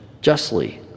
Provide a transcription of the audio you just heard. justly